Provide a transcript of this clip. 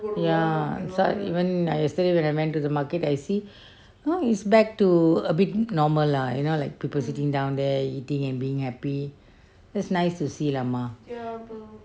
ya so even I yesterday when I went to the market I see now it's back to a bit normal like you know like people sitting down there eating and being happy it's nice to see lah mah